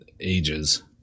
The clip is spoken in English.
ages